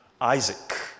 Isaac